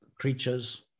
creatures